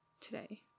today